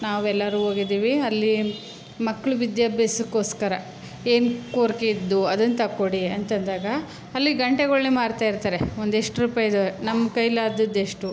ನಾವೆಲ್ಲರೂ ಹೋಗಿದ್ದೀವಿ ಅಲ್ಲಿ ಮಕ್ಳ ವಿದ್ಯಾಭ್ಯಾಸಕ್ಕೋಸ್ಕರ ಏನು ಕೋರಿಕೆ ಇದ್ದು ಅದನ್ನ ತಕ್ಕೊಡಿ ಅಂತಂದಾಗ ಅಲ್ಲಿ ಘಂಟೆಗಳನ್ನೇ ಮಾರ್ತಾಯಿರ್ತಾರೆ ಒಂದೆಷ್ಟು ರೂಪಾಯದ್ದು ನಮ್ಮ ಕೈಲಾದದ್ದೆಷ್ಟು